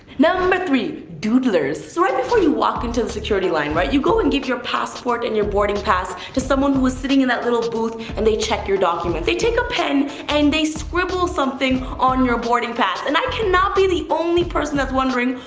number three, doodlers. so right before you walk into the security line, you go and give your passport and your boarding pass to someone who is sitting in that little booth and they check your documents. they take a pen and they scribble something on your boarding pass and i cannot be the only person that's wondering,